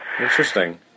Interesting